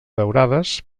daurades